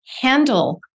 handle